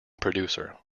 producer